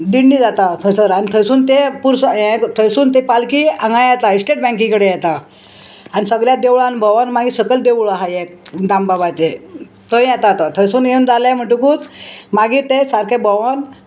दिंडी जाता थंयसर आनी थंयसून ते पुरस हें थंयसून तें पालखी हांगा येता इस्टेट बँकी कडेन येता आनी सगळ्यात देवळान भोंवोन मागीर सकयल देवूळ आहा हें दाम बाबाचें थंय येता तो थंयसून येवन जालें म्हणटकूच मागीर तें सारकें भोंवोन